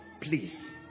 please